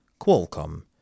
Qualcomm